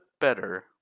better